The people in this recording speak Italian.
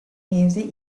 mese